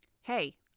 Hey